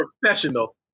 professional